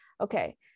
Okay